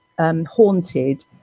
Haunted